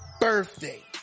birthday